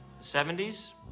70s